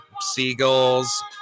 Seagulls